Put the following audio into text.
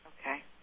Okay